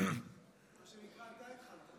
מה שנקרא "אתה התחלת".